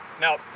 Now